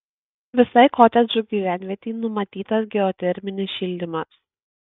visai kotedžų gyvenvietei numatytas geoterminis šildymas